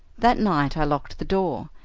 that night i locked the door,